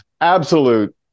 absolute